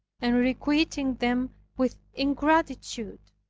and requiting them with ingratitude,